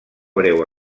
breu